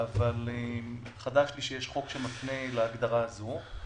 אבל חדש לי שיש חוק שמפנה להגדרה הזאת,